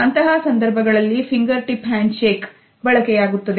ಇಂತಹ ಸಂದರ್ಭಗಳಲ್ಲಿ fingertip handshake ಬಳಕೆಯಾಗುತ್ತದೆ